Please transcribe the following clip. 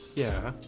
yeah